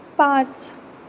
पांच